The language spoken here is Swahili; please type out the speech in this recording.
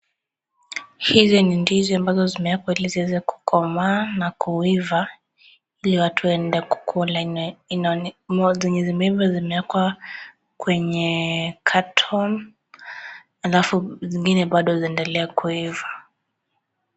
Hili ni ndizi ambazo zimewekwa ili ziweze kukomaa na kuiva ili watu waende kukula, zenye zimeiva zimeekwa kwenye carton alafu zingine bado ziendelee kuiva.